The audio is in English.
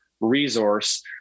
resource